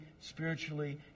spiritually